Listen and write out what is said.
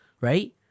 right